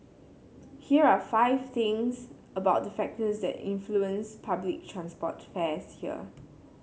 here are five things about the factors that influence public transport fares here